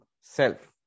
self